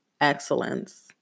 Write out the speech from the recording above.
excellence